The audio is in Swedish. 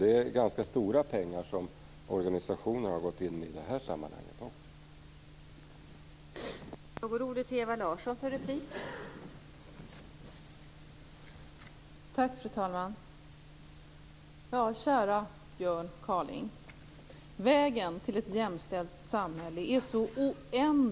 Det är ganska stora pengar som organisationerna har gått in med i det sammanhanget också.